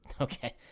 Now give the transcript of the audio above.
Okay